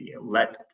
let